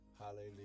Hallelujah